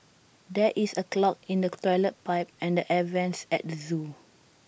there is A clog in the Toilet Pipe and the air Vents at the Zoo